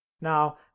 Now